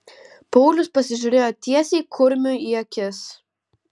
paulius pasižiūrėjo tiesiai kurmiui į akis